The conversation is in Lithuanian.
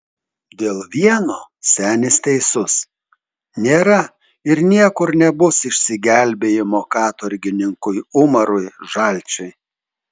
dėl vieno senis teisus nėra ir niekur nebus išsigelbėjimo katorgininkui umarui žalčiui